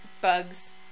bugs